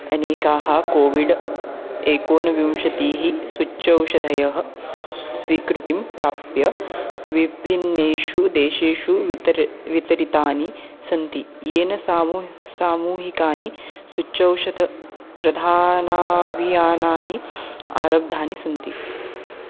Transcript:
अनेकाः कोविड् एकोनविंशतिः सूच्यौषधयः स्वीकृतिं प्राप्य विभिन्नेषु देशेषु वितरणं वितरितानि सन्ति येन समूहे सामूहिकानि सूच्यौषध प्रधानाभियानानि आरब्धानि सन्ति